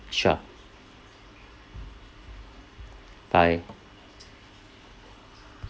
sure bye